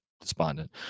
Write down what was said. despondent